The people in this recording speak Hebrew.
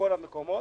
מכל המקומות.